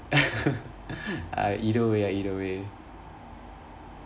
uh either way ah either way